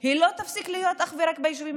הם לוקחים על עצמם להיות שותפים עם היזמים